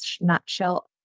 nutshell